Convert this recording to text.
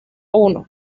uno